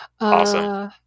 Awesome